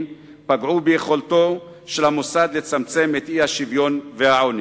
פגעו ביכולתו של המוסד לצמצם את האי-שוויון והעוני.